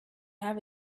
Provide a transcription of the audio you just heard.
have